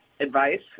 Advice